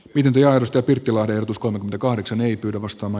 pidempi arto pirttilahden uskon ja kahdeksan ei pyydä vastaava